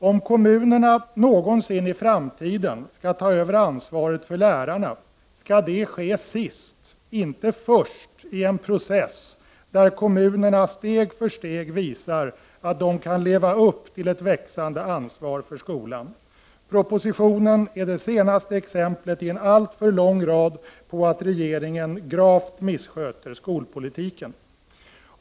Om kommunerna någonsin i framtiden skall ta över ansvaret för lärarna, skall det ske sist, inte först, i en process där kommunerna steg för steg visar att de kan leva upp till ett växande ansvar för skolan. Propositionen är det senaste exemplet, i en alltför lång rad, på att regeringen gravt missköter skolpolitiken.